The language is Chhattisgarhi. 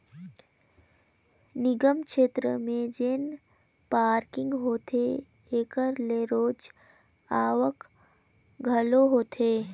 निगम छेत्र में जेन पारकिंग होथे एकर ले रोज आवक घलो होथे